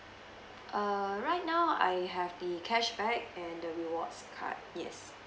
err right now I have the cashback and the rewards card yes